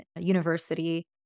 university